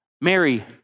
Mary